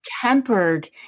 tempered